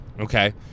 okay